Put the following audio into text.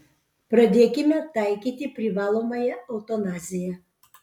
pradėkime taikyti privalomąją eutanaziją